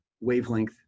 wavelength